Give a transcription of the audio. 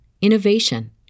innovation